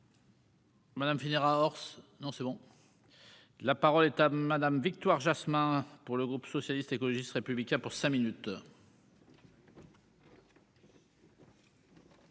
Madame finira Horse non c'est bon. La parole est à Madame. Victoire Jasmin pour le groupe socialiste, écologiste républicains pour cinq minutes.--